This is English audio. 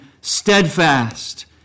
steadfast